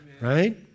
right